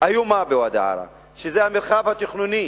איומה בוואדי-עארה, שזה המרחב התכנוני